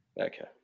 Okay